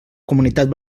comunitat